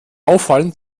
auffallen